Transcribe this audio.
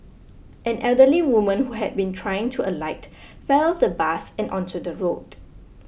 an elderly woman who had been trying to alight fell on the bus and onto the road